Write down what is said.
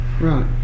Right